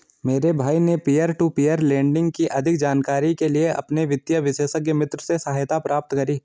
मेरे भाई ने पियर टू पियर लेंडिंग की अधिक जानकारी के लिए अपने वित्तीय विशेषज्ञ मित्र से सहायता प्राप्त करी